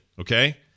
okay